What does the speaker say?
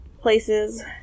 places